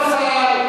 חבר הכנסת,